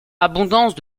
abondance